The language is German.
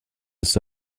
ist